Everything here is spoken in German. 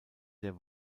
der